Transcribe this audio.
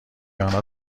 آنها